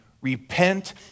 Repent